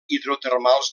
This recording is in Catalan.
hidrotermals